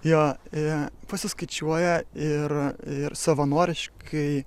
jo ir pasiskaičiuoja ir ir savanoriškai